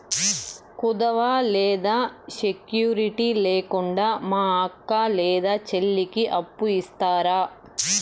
కుదువ లేదా సెక్యూరిటి లేకుండా మా అక్క లేదా చెల్లికి అప్పు ఇస్తారా?